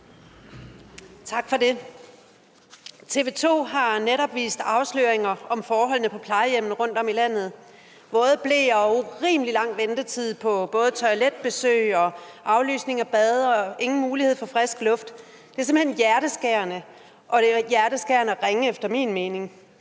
Tak for det. TV 2 har netop vist afsløringer om forholdene på plejehjemmene rundtomkring i landet: våde bleer, urimelig lang ventetid på toiletbesøg, aflysning af bade, ingen mulighed for frisk luft. Det er simpelt hen hjerteskærende, hjerteskærende ringe efter min mening.